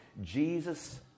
Jesus